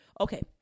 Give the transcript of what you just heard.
Okay